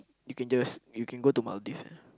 you can just you can go to Maldives sia